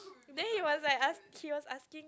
then he was like ask he was asking